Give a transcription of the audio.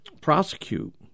prosecute